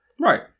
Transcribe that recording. Right